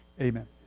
amen